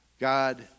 God